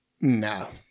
No